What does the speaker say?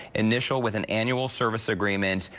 initial with and annual service agreement,